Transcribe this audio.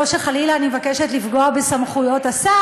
לא שחלילה אני מבקשת לפגוע בסמכויות השר,